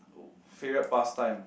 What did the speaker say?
favourite pastime